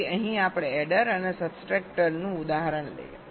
તેથી અહીં આપણે એડર અને સબસ્ટ્રેક્ટરનું ઉદાહરણ લઈએ